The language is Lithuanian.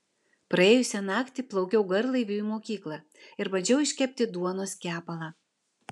praėjusią naktį plaukiau garlaiviu į mokyklą ir bandžiau iškepti duonos kepalą